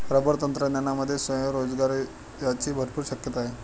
rubber तंत्रज्ञानामध्ये स्वयंरोजगाराची भरपूर शक्यता आहे